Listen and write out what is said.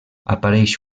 apareix